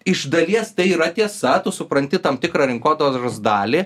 iš dalies tai yra tiesa tu supranti tam tikrą rinkodaros dalį